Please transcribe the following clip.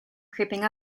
creeping